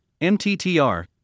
MTTR